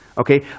Okay